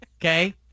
okay